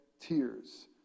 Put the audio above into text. tears